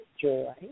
joy